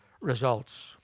results